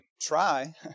try